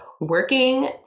working